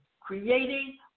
creating